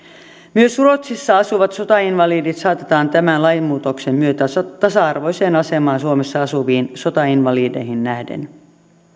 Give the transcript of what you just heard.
myös ruotsissa asuvat sotainvalidit saatetaan tämän lainmuutoksen myötä tasa arvoiseen asemaan suomessa asuviin sotainvalideihin nähden